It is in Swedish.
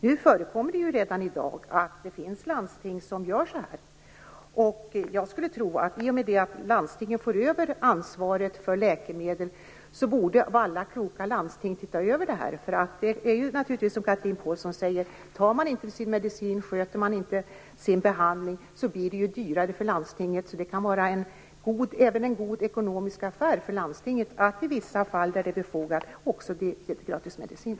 Det finns redan i dag en del landsting som gör på detta sätt. I och med att landstingen får ansvaret för läkemedel borde alla kloka landsting se över detta. Det är naturligtvis som Chatrine Pålsson säger att om man inte tar sin medicin och sköter sin behandling blir det dyrare för landstingen. Det kan därför vara även en god ekonomisk affär för landstingen att i vissa fall där det är befogat dela ut gratis medicin.